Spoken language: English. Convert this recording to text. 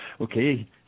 Okay